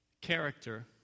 character